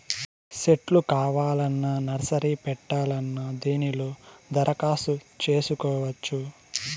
సెట్లు కావాలన్నా నర్సరీ పెట్టాలన్నా దీనిలో దరఖాస్తు చేసుకోవచ్చు